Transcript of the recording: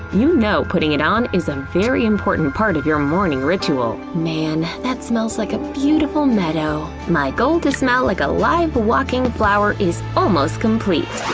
you know putting it on is a very important part of your morning ritual. man, that smells like a beautiful meadow! my goal to smell like a live, walking flower is almost complete.